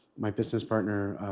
my business partner,